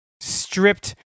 stripped